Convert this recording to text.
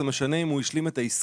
זה משנה אם הוא השלים את העסקה.